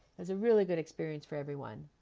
was a really good experience for everyone.